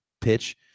pitch